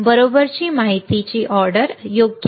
बरोबर माहितीची ऑर्डर योग्य